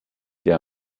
der